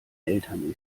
eltern